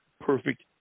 perfect